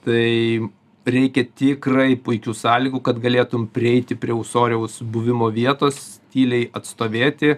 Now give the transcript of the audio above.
tai reikia tikrai puikių sąlygų kad galėtum prieiti prie ūsoriaus buvimo vietos tyliai atstovėti